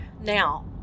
Now